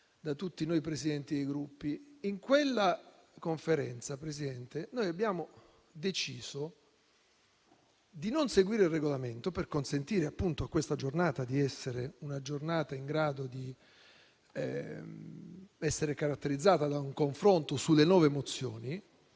da tutti noi presidenti dei Gruppi. In quella Conferenza, Presidente, noi abbiamo deciso di non seguire il Regolamento per consentire a questa giornata di essere caratterizzata da un confronto sulle nove mozioni;